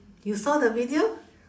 you saw the video